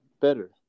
better